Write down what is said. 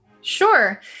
sure